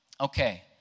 Okay